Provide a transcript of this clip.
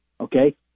Okay